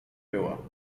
było